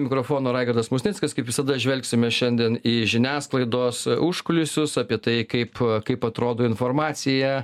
mikrofono raigardas musnickas kaip visada žvelgsime šiandien į žiniasklaidos užkulisius apie tai kaip kaip atrodo informacija